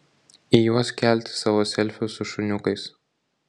į juos kelti savo selfius su šuniukais